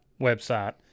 website